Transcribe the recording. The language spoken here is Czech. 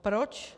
Proč?